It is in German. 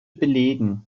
belegen